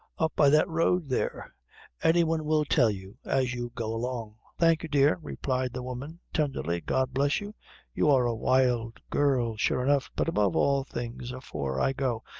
up by that road there any one will tell you as you go along. thank you, dear, replied the woman, tenderly god bless you you are a wild girl, sure enough but above all things, afore i go,